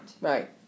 Right